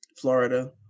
Florida